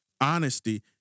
Honesty